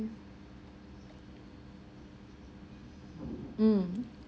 mm